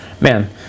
Man